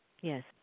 Yes